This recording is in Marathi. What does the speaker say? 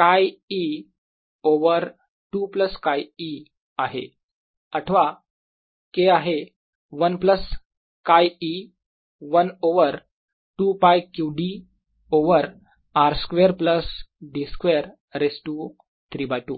𝛘e ओवर 2 प्लस 𝛘e आहे आठवा K आहे 1 plus 𝛘e 1 over 2π q d over r square plus d square raise to 3 by 2